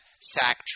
sack